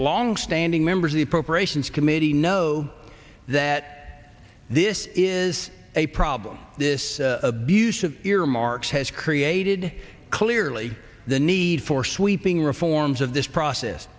long standing members of the appropriations committee know that this is a problem this abuse of earmarks has created clearly the need for sweeping reforms of this process